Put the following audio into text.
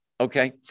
Okay